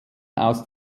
aus